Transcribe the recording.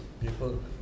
people